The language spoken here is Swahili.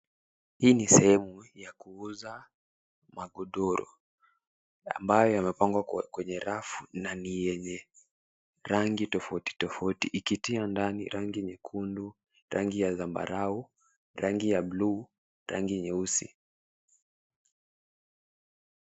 Hii ni sehemu ya kuuza magodoro, ambayo yamepangwa kwenye rafu na ni yenye rangi tofauti tofauti. Ikitia ndani rangi nyekundu, rangi ya zambarau, rangi ya bluu, rangi nyeusi.